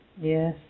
Yes